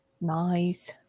Nice